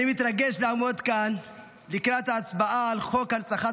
אני מתרגש לעמוד כאן לקראת ההצבעה על חוק הנצחת